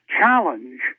challenge